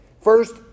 First